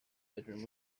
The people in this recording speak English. bedroom